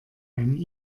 ein